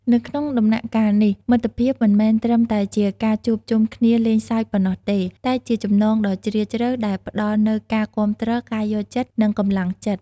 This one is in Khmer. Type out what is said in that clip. នៅក្នុងដំណាក់កាលនេះ មិត្តភាពមិនមែនត្រឹមតែជាការជួបជុំគ្នាលេងសើចប៉ុណ្ណោះទេ តែជាចំណងដ៏ជ្រាលជ្រៅដែលផ្ដល់នូវការគាំទ្រ ការយល់ចិត្ត និងកម្លាំងចិត្ត។